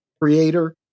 creator